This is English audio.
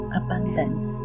abundance